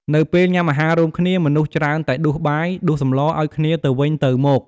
នៅពេលញ៉ាំអាហាររួមគ្នា មនុស្សច្រើនតែដួសបាយ ដួសសម្លរឲ្យគ្នាទៅវិញទៅមក។